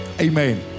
Amen